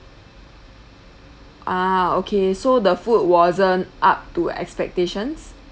ah okay so the food wasn't up to expectations